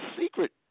secret